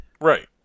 Right